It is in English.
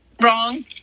wrong